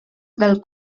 del